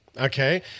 Okay